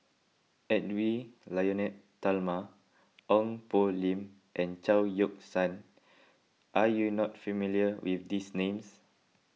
Edwy Lyonet Talma Ong Poh Lim and Chao Yoke San are you not familiar with these names